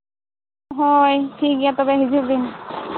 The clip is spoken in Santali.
ᱦᱳᱭ ᱴᱷᱤᱠ ᱜᱮᱭᱟ ᱛᱚᱵᱮ ᱦᱤᱡᱩᱜ ᱵᱤᱱ